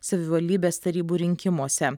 savivaldybės tarybų rinkimuose